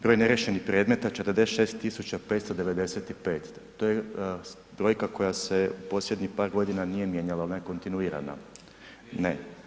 Broj neriješenih predmeta 46 tisuća 595 to je brojka koja se u posljednjih par godina nije mijenjala, ona je kontinuirana. ... [[Upadica se ne čuje.]] Ne.